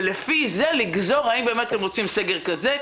ולפי זה לגזור האם באמת אתם רוצים סגר כזה,